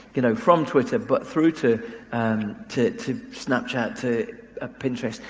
you know, from twitter, but through to and to to snapchat, to ah pinterest,